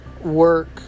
work